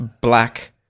black